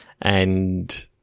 And-